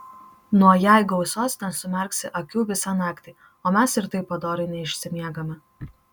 nuo jei gausos nesumerksi akių visą naktį o mes ir taip padoriai neišsimiegame